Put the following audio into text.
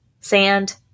sand